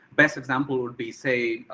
best example would be say,